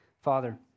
Father